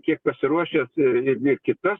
kiek pasiruošęs ir ir ne kitas